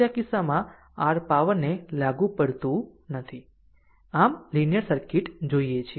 આમ આ કિસ્સામાં r પાવરને લાગુ પડતું નથી આમ અમે લીનીયર સર્કિટ જોઈએ છીએ